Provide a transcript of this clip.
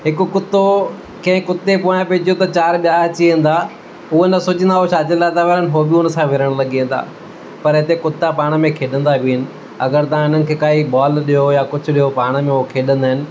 हिक कुतो कंहिं कुते पोयां पेईजी वियो त चारि ॿिया अची वेंदा उहो न सोचींदा उहे छाजे लाइ था विणनि पोइ बि हुन सां विणण लॻी वेंदा पर हिते कुता पाण में खेॾंदा बि आहिनि अगरि तव्हां हिननि खे काई बॉल ॾियो या कुझु ॾियो पाण में हू खेॾंदा आहिनि